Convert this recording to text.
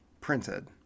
Printed